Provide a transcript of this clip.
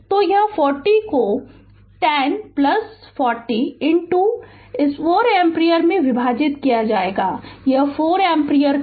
तो यह 40 को 10 40 इस 4 एम्पीयर से विभाजित किया जाएगा यह 4 एम्पीयर करंट